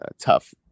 tough